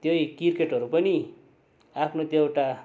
त्यही क्रिकेटहरू पनि आफ्नो त्यो एउटा